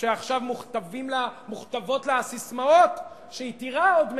או שעכשיו מוכתבות לה הססמאות שהיא תירה עוד מעט.